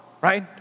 right